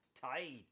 Tight